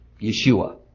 Yeshua